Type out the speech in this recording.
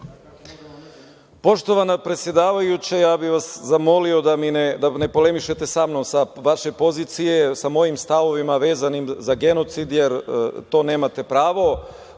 Poštovana predsedavajuća, ja bih vas zamolio da ne polemišete sa mnom sa vaše pozicije, sa mojim stavovima vezanim za genocid, jer to nemate pravo. Što